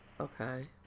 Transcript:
Okay